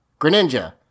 Greninja